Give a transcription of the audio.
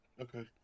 Okay